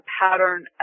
pattern